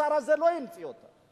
השר הזה לא המציא אותה.